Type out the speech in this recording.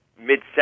mid